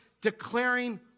declaring